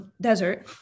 desert